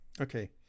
Okay